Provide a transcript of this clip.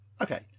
Okay